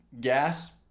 gas